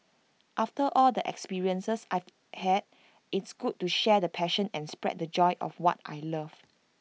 after all the experiences I've had it's good to share the passion and spread the joy of what I love